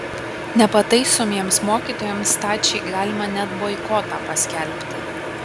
nepataisomiems mokytojams stačiai galima net boikotą paskelbti